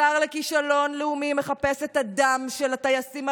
השר לכישלון לאומי מחפש את הדם של הטייסים,